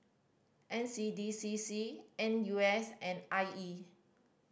N C D C C N U S and I E